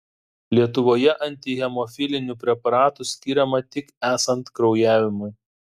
lietuvoje antihemofilinių preparatų skiriama tik esant kraujavimui